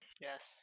Yes